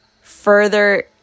further